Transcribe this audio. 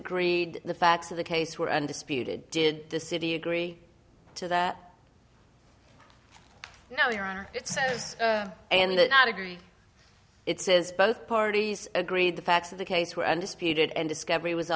agreed the facts of the case were undisputed did the city agree to that no your honor it says and not agree it says both parties agreed the facts of the case were undisputed and discovery was